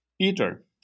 Peter